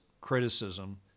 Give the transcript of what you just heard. criticism